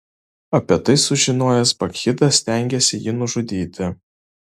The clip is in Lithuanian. apie tai sužinojęs bakchidas stengėsi jį nužudyti